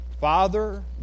Father